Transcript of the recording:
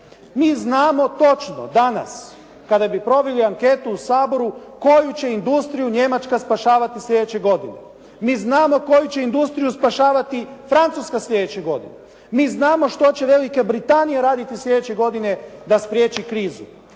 Mi znamo točno danas kada bi proveli anketu u Saboru koju će industriju Njemačka spašavati sljedeće godine. Mi znamo koju će industriju spašavati Francuska sljedeće godine. Mi znamo što će Velika Britanija raditi sljedeće godine da spriječi krizu.